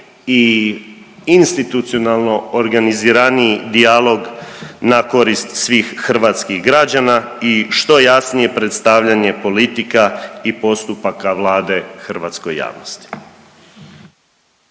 i institucionalno organiziraniji dijalog na korist svih hrvatskih građana i što jasnije predstavljanje politika i postupaka Vlade hrvatskoj javnosti.